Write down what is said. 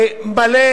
מלא